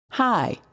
Hi